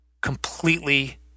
completely